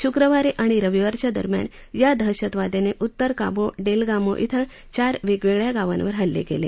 शुक्रवारी आणि रविवारच्या दरम्यान या दहशतवाद्यांनी उत्तर काबो डेलगामो डिं चार वेगवेगळया गावांवर हल्ले केले